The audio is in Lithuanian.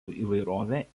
įvairovė